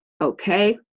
okay